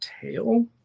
tail